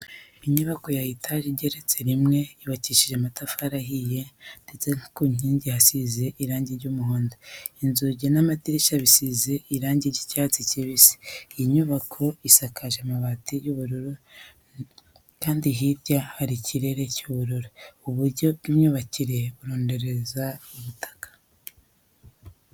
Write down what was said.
Inyubako ya etaje igeretse rimwe yubakishije amatafari ahiye ndetse ku nkingi hasize irange ry'umuhondo, inzugi n'amadirishya bisize irange ry'icyatsi kibisi. Iyi nyubako isakaje amabati y'ubururu kandi hirya hari ikirere cy'ubururu. Ubu buryo bw'imyubakire burondereza ubutaka.